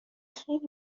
خیلی